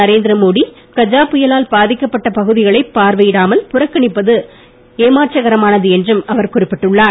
நரேந்திரமோடி கஜா புயலால் பாதிக்கப்பட்ட பகுதிகளை பார்வையிடாமல் புறக்கணிப்பது ஏமாற்றகரமானது என்றும் அவர் குறிப்பிட்டார்